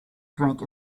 drink